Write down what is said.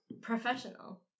professional